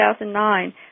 2009